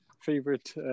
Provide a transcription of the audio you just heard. favorite